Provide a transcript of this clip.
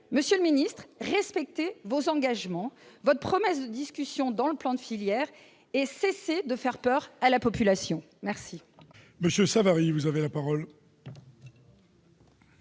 Monsieur le ministre, respectez vos engagements et votre promesse de discussions dans le plan de filière. Cessez de faire peur à la population !